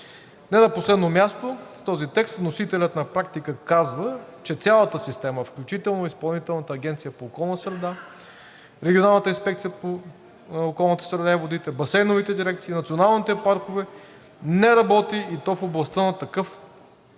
Не на последно място, с този текст вносителят на практика казва, че цялата система, включително Изпълнителната агенция по околна среда, Регионалната инспекция по околната среда и водите, басейновите дирекции, националните паркове, не работи, и то в областта на такъв